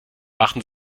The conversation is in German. achten